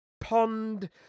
pond